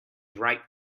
ripe